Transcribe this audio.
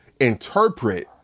interpret